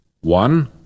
One